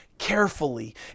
Carefully